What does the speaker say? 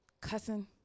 cussing